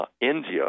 India